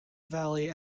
valley